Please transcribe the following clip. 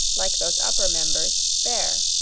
like those upper members, bare.